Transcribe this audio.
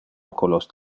oculos